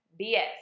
BS